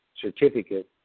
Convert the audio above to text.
certificate